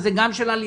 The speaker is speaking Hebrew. ואם לא,